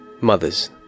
mothers